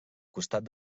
costat